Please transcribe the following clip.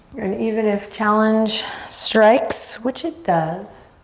and even if challenge strikes, which it does,